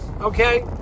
Okay